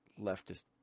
leftist